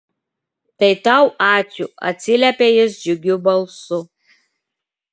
tai tau ačiū atsiliepia jis džiugiu balsu